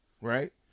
right